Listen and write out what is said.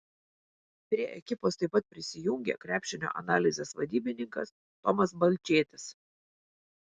prie ekipos taip pat prisijungė krepšinio analizės vadybininkas tomas balčėtis